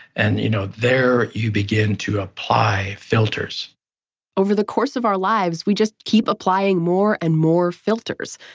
and you know, there you begin to apply filters over the course of our lives we just keep applying more and more filters.